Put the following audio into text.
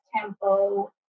tempo